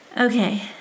Okay